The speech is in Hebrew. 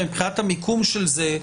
מבחינת המיקום של זה,